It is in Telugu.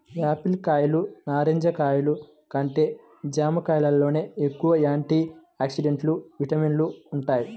యాపిల్ కాయలు, నారింజ కాయలు కంటే జాంకాయల్లోనే ఎక్కువ యాంటీ ఆక్సిడెంట్లు, విటమిన్లు వుంటయ్